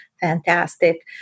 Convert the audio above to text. fantastic